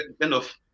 enough